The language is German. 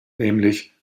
nämlich